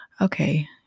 okay